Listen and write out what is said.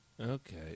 Okay